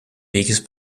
peaks